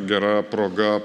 gera proga